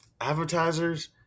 advertisers